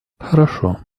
хорошо